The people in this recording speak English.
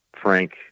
frank